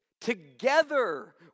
Together